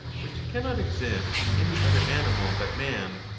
which cannot exist in any other animal but man,